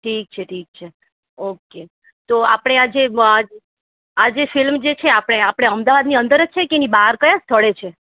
ઠીક છે ઠીક છે ઓકે તો આપણે આ જે આ જે ફિલ્મ જે છે આપણે આપણે અમદાવાદની અંદર છે કે એની બહાર કયા સ્થળે છે